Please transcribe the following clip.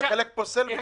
חלק אתה בכלל פוסל.